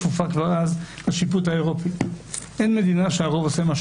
וכבר אז היא הייתה כפופה לשיפוט האירופי.